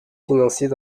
financiers